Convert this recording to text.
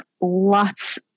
lots